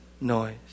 noise